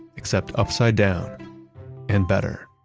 except upside down and better